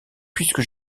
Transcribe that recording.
puisque